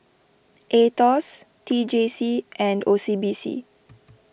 Aetos T J C and O C B C